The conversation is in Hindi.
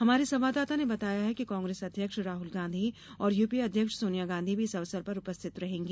हमारे संवाददाता ने बताया है कि कांग्रेस अध्यक्ष राहुल गांधी और यूपीए अध्यक्ष सोनिया गांधी भी इस अवसर पर उपस्थित रहेंगी